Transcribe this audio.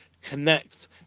connect